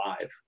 live